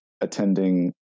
attending